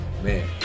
man